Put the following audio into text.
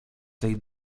tej